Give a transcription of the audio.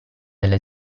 delle